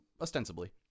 Ostensibly